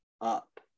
up